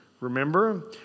Remember